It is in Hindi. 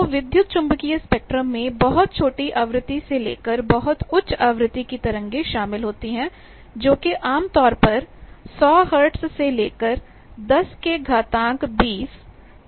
तो विद्युत चुम्बकीय स्पेक्ट्रम में बहुत छोटी आवृत्ति से लेकर बहुत उच्च आवृत्ति की तरंगे शामिल होती हैं जोकि आमतौर पर 100 हर्ट्ज से लेकर10 के घातांक 20 तक जा सकती हैं